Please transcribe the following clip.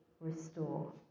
restore